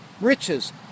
riches